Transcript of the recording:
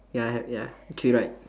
ya have ya three right